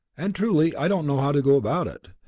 and truly i don't know how to go about it.